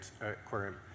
Aquarium